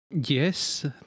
Yes